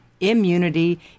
immunity